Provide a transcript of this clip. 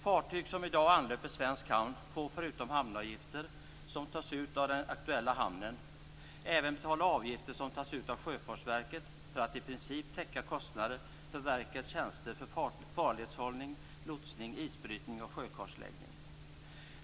Fartyg som i dag anlöper svensk hamn får förutom hamnavgifter, som tas ut av den aktuella hamnen, även betala avgifter som tas ut av Sjöfartsverket, för att i princip täcka kostnader för verkets tjänster för farledshållning, lotsning, isbrytning och sjökartläggning.